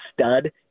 stud